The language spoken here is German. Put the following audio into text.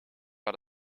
war